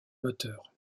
moteurs